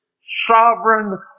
sovereign